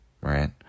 right